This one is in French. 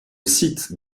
site